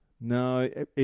No